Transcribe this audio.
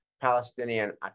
Palestinian